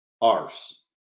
arse